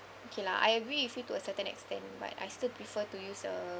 okay lah I agree with you to a certain extent but I still prefer to use a